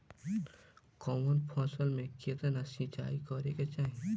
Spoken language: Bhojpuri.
कवन फसल में केतना सिंचाई करेके चाही?